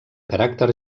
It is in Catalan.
caràcter